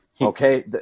okay